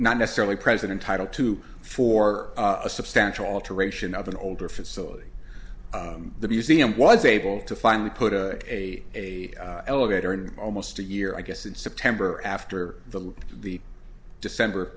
not necessarily president title two for a substantial alteration of an older facility the museum was able to finally put a a elevator in almost a year i guess in september after the loop the december